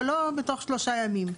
אבל לא בתוך שלושה ימים,